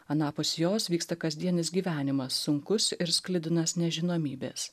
anapus jos vyksta kasdienis gyvenimas sunkus ir sklidinas nežinomybės